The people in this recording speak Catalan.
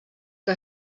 que